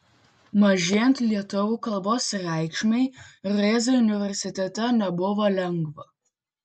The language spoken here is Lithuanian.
mažėjant lietuvių kalbos reikšmei rėzai universitete nebuvo lengva